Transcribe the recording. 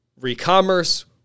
re-commerce